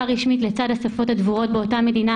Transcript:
רשמית לצד השפות הדבורות באותה מדינה.